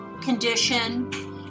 condition